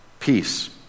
Peace